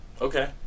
Okay